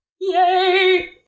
yay